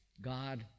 God